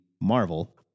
Marvel